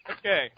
Okay